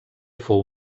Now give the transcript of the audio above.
fou